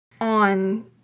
on